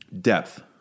depth